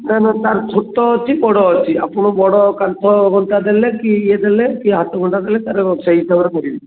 ନା ନା ତାର ଛୋଟ ଅଛି ବଡ଼ ଅଛି ଆପଣ ବଡ଼ କାନ୍ଥ ଘଣ୍ଟା ଦେଲେ କି ଇଏ ଦେଲେ କି ହାତ ଘଣ୍ଟା ଦେଲେ ତାର ସେଇ ହିସାବରେ କରିବି